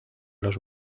los